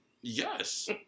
Yes